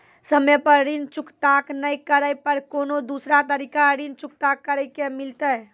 समय पर ऋण चुकता नै करे पर कोनो दूसरा तरीका ऋण चुकता करे के मिलतै?